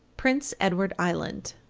prince edward island.